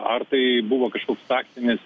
ar tai buvo kažkoks taktinis